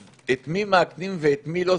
אז את מי מאכנים ואת מי לא,